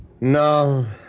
No